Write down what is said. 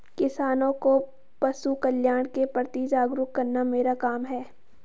किसानों को पशुकल्याण के प्रति जागरूक करना मेरा काम है